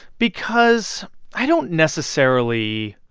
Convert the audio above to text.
because i don't necessarily